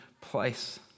place